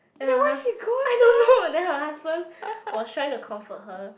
and her hus~ I don't know then her husband was trying to comfort her